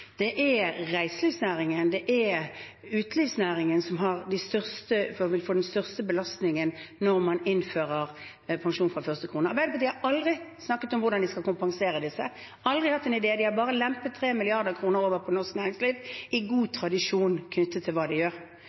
Det er reiselivsnæringen og utelivsnæringen som vil få den største belastningen når man innfører pensjon fra første krone. Arbeiderpartiet har aldri snakket om hvordan de skal kompensere disse, aldri hatt en idé, de har bare lempet 3 mrd. kr over på norsk næringsliv – i god tradisjon knyttet til hva de gjør.